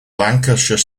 lancashire